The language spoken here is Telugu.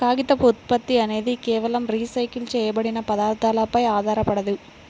కాగితపు ఉత్పత్తి అనేది కేవలం రీసైకిల్ చేయబడిన పదార్థాలపై ఆధారపడదు